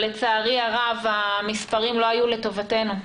אבל לצערי הרב המספרים לא היו לטובתנו.